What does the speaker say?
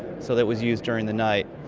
so that was used during the night.